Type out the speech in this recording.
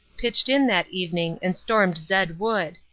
pitched in that evening and stormed zed wood.